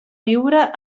viure